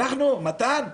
מתן,